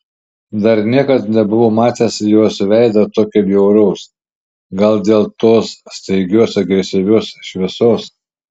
dar niekad nebuvau matęs jos veido tokio bjauraus gal dėl tos staigios agresyvios šviesos